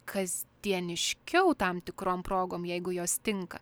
kasdieniškiau tam tikrom progom jeigu jos tinka